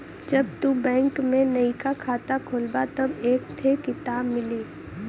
जब तू बैंक में नइका खाता खोलबा तब एक थे किताब मिली